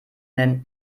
nennen